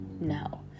No